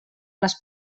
les